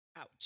Ouch